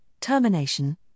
termination